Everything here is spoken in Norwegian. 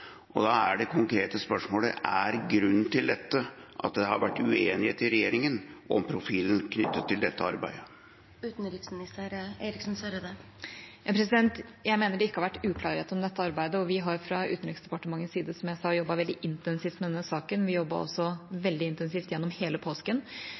og da er det konkrete spørsmålet: Er grunnen til dette at det har vært uenighet i regjeringen om profilen knyttet til dette arbeidet? Jeg mener det ikke har vært uklarhet om dette arbeidet, og vi har fra Utenriksdepartementets side – som jeg sa – jobbet veldig intensivt med denne saken. Vi jobbet også